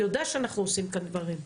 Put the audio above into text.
הוא יודע שאנחנו עושים כאן דברים,